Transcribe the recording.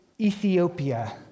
Ethiopia